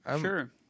Sure